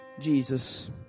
Jesus